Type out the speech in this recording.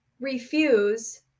refuse